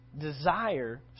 desire